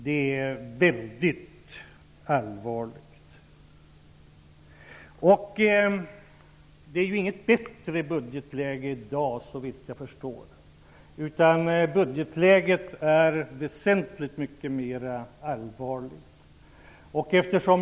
Det är mycket allvarligt. Det är inte ett bättre budgetläge i dag, såvitt jag förstår, utan det är mycket mera allvarligt.